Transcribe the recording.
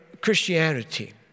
Christianity